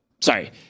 sorry